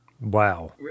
Wow